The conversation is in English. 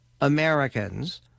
Americans